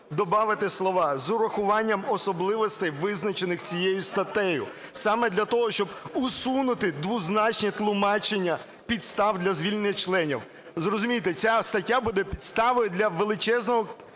добавити слова "з урахуванням особливостей, визначених цією статтею" саме для того, щоб усунути двозначні тлумачення підстав для звільнення членів. Зрозумійте, ця стаття буде підставою для величезної